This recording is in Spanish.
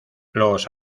los